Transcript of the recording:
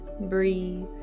Breathe